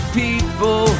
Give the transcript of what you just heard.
people